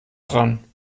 dran